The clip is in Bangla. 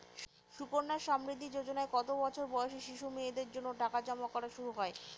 সুকন্যা সমৃদ্ধি যোজনায় কত বছর বয়সী শিশু মেয়েদের জন্য টাকা জমা করা শুরু হয়?